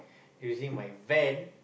using my van